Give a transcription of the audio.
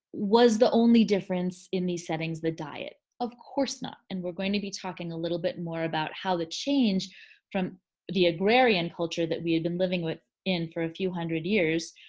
was the only difference in these settings the diet? of course not and we're going to be talking a little bit more about how the change from the agrarian culture that we had been living with in for a few hundred years.